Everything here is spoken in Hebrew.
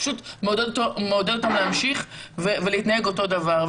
פשוט מעודד אותם להמשיך ולהתנהג אותו דבר.